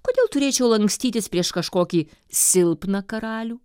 kodėl turėčiau lankstytis prieš kažkokį silpną karalių